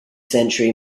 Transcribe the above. century